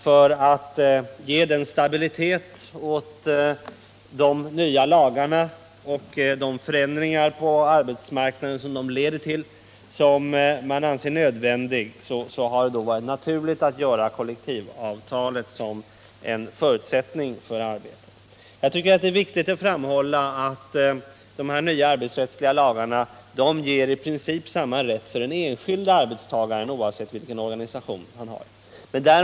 För att ge stabilitet åt de nya lagarna och de förändringar på arbetsmarknaden som dessa leder till har det varit naturligt att göra kollektivavtalet till en förutsättning för arbetet. Jag tycker det är viktigt att framhålla att de här nya arbetsrättsliga lagarna i princip ger samma rätt för den enskilda arbetstagaren oavsett vilken organisation han tillhör.